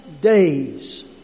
days